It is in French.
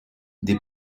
des